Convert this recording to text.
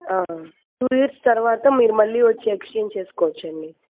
two years తర్వాత మీరు మళ్ళీ వచ్చి ఎక్స్చేంజ్ చేసుకోవచ్చండి